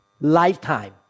lifetime